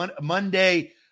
Monday